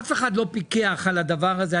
אף אחד לא פיקח על הדבר הזה.